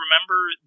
remember